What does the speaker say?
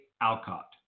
Alcott